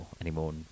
anymore